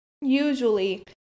Usually